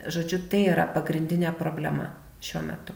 žodžiu tai yra pagrindinė problema šiuo metu